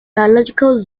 biological